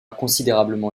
considérablement